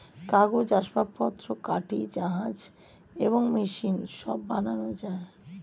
কাগজ, আসবাবপত্র, কাঠি, জাহাজ এবং মেশিন সব বানানো যায়